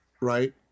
right